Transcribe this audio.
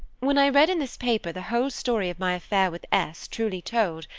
when i read in this paper the whole story of my affair with s, truly told,